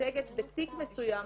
מייצגת בתיק מסוים,